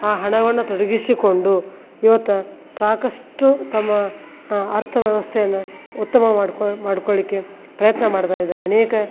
ಆ ಹಣವನ್ನು ತೊಡಗಿಸಿಕೊಂಡು ಇವತ್ತು ಸಾಕಷ್ಟು ತಮ್ಮ ಅರ್ಥ ವ್ಯವಸ್ಥೆಯನ್ನು ಉತ್ತಮ ಮಾಡ್ಕೊ ಮಾಡ್ಕೊಳ್ಳಿಕೆ ಪ್ರಯತ್ನ ಮಾಡ್ತಾಯಿದ್ದಾರೆ ಅನೇಕ